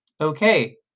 Okay